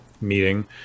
meeting